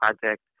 Project